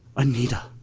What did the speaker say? anita!